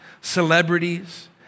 celebrities